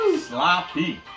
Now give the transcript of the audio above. Sloppy